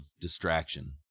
distraction